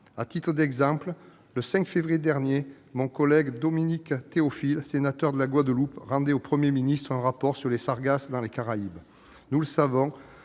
À titre d'exemple, le 5 février dernier, mon collègue, Dominique Théophile, sénateur de Guadeloupe, remettait au Premier ministre un rapport sur les sargasses dans la Caraïbe. Nous le savons,